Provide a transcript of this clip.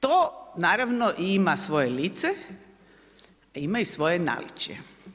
To naravno ima svoje lice a ima i svoje naručje.